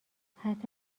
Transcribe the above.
حتی